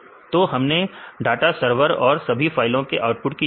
तो हमने data server और सभी फाइलों के आउटपुट की चर्चा की